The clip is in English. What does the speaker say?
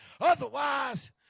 Otherwise